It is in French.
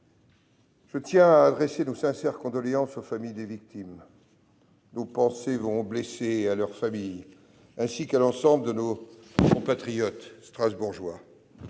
je tiens à adresser nos sincères condoléances aux familles des victimes. Nos pensées vont aux blessés et à leurs familles, ainsi qu'à l'ensemble de nos compatriotes strasbourgeois.